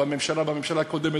בממשלה הקודמת,